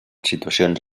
situacions